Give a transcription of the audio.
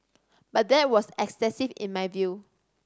but that was excessive in my view